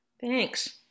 Thanks